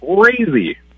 crazy